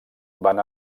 van